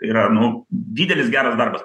yra nu didelis geras darbas